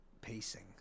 pacing